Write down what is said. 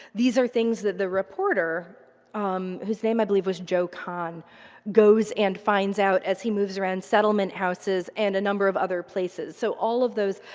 these are things that the reporter whose name i believe was joe con goes and finds out as he moves around settlement houses and a number of other places. so all of those,